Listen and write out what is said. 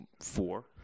four